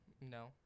No